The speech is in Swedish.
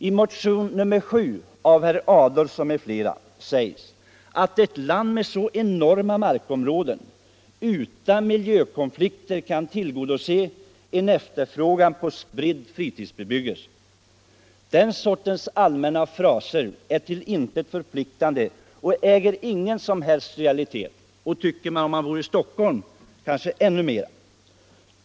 I motionen 7 av herr Adolfsson m.fl. sägs att ett land med så enorma markområden utan miljökonflikter kan tillgodose en efterfrågan på spridd fritidsbebyggelse. Den sortens allmänna fraser är till intet förpliktande och äger ingen som helst realitet. Detta gäller kanske i synnerhet Stockholmsområdet.